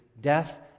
death